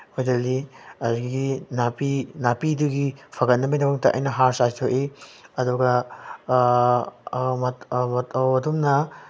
ꯐꯣꯏꯗꯠꯂꯤ ꯑꯗꯒꯤ ꯅꯥꯄꯤ ꯅꯥꯄꯤꯗꯨꯒꯤ ꯐꯒꯠꯅꯕꯒꯤꯗꯃꯛꯇ ꯑꯩꯅ ꯍꯥꯔ ꯆꯥꯏꯊꯣꯛꯏ ꯑꯗꯨꯒ ꯃꯇꯧ ꯑꯗꯨꯝꯅ